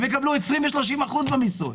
הם יקבלו 20% 30% במיסוי.